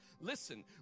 listen